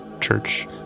church